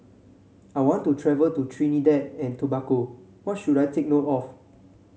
I want to travel to Trinidad and Tobago what should I take note of